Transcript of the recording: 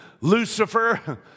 Lucifer